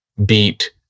beat